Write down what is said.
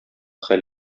хәл